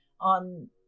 On